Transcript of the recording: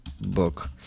book